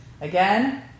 Again